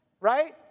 right